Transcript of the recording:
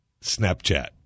Snapchat